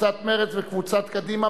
קבוצת סיעת רע"ם-תע"ל וקבוצת סיעת קדימה